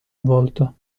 volto